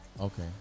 Okay